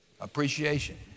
appreciation